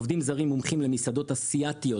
עובדים זרים מומחים למסעדות אסיאתיות,